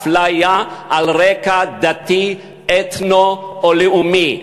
אפליה על רקע דתי, אתני או לאומי.